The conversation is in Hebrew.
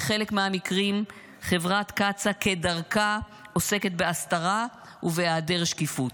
בחלק מהמקרים חברת קצא"א כדרכה עוסקת בהסתרה ובהיעדר שקיפות.